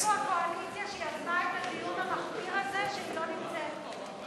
איפה הקואליציה שיזמה את הדיון המחפיר הזה שהיא לא נמצאת בו?